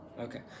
Okay